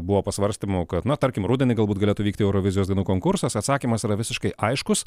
buvo pasvarstymų kad na tarkim rudenį galbūt galėtų vykti eurovizijos dainų konkursas atsakymas yra visiškai aiškus